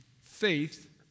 faith